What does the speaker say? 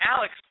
Alex